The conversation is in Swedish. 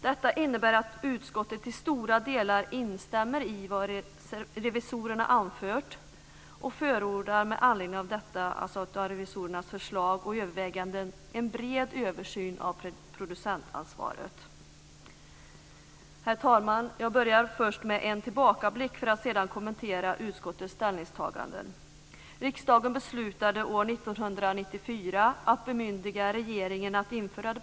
Detta innebär att utskottet i stora delar instämmer i vad revisorerna anfört, och med anledning av detta i enlighet med revisorernas förslag och överväganden förordar en bred översyn av producentansvaret. Herr talman! Jag gör först en tillbakablick för att sedan kommentera utskottets ställningstaganden.